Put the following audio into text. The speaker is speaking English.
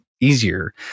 easier